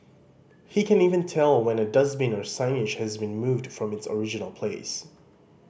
he can even tell when a dustbin or signage has been moved from its original place